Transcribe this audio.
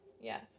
Yes